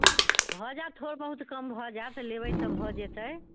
भऽ जायत थोड़े बहुत कम भऽ जायत लेबै तऽ भऽ जेतै